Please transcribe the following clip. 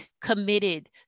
committed